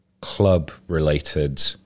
club-related